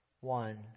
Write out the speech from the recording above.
one